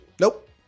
Nope